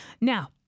Now